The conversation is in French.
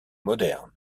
moderne